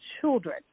children